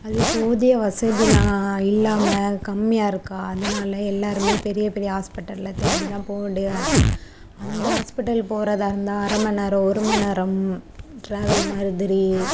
அது போதிய வசதியெலாம் இல்லாமல் கம்மியாக இருக்கா அதனால எல்லாேருமே பெரிய பெரிய ஹாஸ்பிட்டலை தேடி தான் போ வேண்டியதாக இருக்குது அந்த ஹாஸ்பிட்டல் போகிறதா இருந்தால் அரை மணி நேரம் ஒரு மணி நேரம் ட்ராவல் மாதிரி